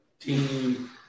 team